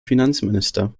finanzminister